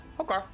Okay